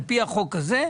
על פי החוק הזה,